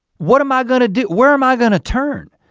what am i gonna do, where am i gonna turn?